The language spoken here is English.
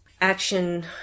action